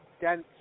dense